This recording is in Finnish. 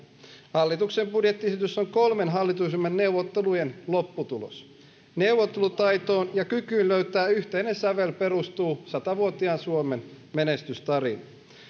hallituksen budjettiesitys on kolmen hallitusryhmän neuvottelujen lopputulos neuvottelutaitoon ja kykyyn löytää yhteinen sävel perustuu sata vuotiaan suomen menestystarina